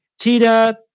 Tita